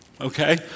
okay